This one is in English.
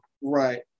Right